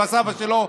של סבא שלו,